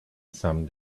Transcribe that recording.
some